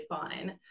fine